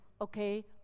okay